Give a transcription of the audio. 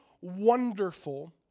wonderful